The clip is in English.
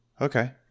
Okay